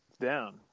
down